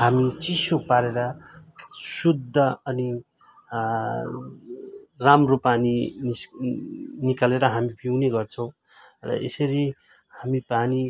हामी चिसो पारेर शुद्ध अनि राम्रो पानी निस निकालेर हामी पिउने गर्छौँ र यसरी हामी पानी